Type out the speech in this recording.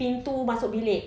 pintu masuk bilik